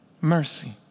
mercy